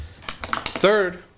Third